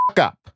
Up